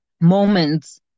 moments